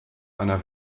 einer